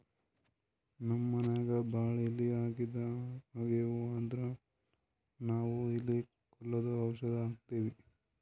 ನಮ್ಮ್ ಮನ್ಯಾಗ್ ಭಾಳ್ ಇಲಿ ಆಗಿವು ಅಂದ್ರ ನಾವ್ ಇಲಿ ಕೊಲ್ಲದು ಔಷಧ್ ಹಾಕ್ತಿವಿ